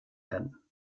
werden